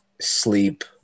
sleep